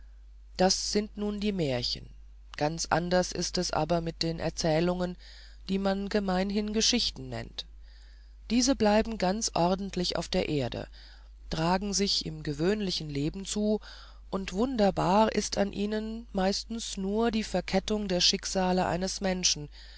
das sind nun die märchen ganz anders ist es aber mit den erzählungen die man gemeinhin geschichten nennt diese bleiben ganz ordentlich auf der erde tragen sich im gewöhnlichen leben zu und wunderbar ist an ihnen meistens nur die verkettung der schicksale eines menschen